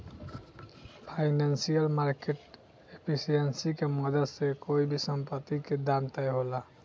financial market efficiency के मदद से कोई भी संपत्ति के दाम तय होला